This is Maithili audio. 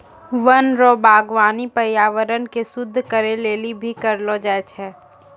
वन रो वागबानी पर्यावरण के शुद्ध करै लेली भी करलो जाय छै